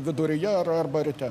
viduryje ar arba ryte